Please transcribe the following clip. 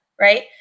right